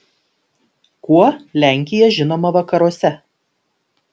kuo lenkija žinoma vakaruose